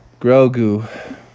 Grogu